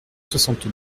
soixante